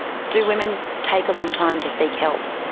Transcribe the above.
do women take a long time to seek help?